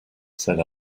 said